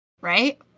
right